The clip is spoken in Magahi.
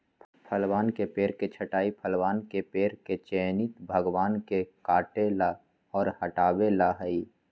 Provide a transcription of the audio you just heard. फलवन के पेड़ के छंटाई फलवन के पेड़ के चयनित भागवन के काटे ला और हटावे ला हई